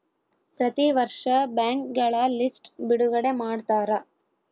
ಪ್ರತಿ ವರ್ಷ ಬ್ಯಾಂಕ್ಗಳ ಲಿಸ್ಟ್ ಬಿಡುಗಡೆ ಮಾಡ್ತಾರ